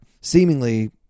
seemingly